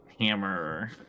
Hammer